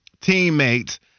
teammates